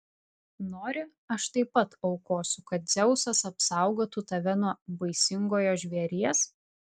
nori aš taip pat aukosiu kad dzeusas apsaugotų tave nuo baisingojo žvėries